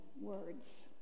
words